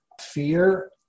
fear